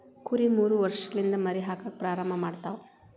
ಕುರಿ ಮೂರ ವರ್ಷಲಿಂದ ಮರಿ ಹಾಕಾಕ ಪ್ರಾರಂಭ ಮಾಡತಾವ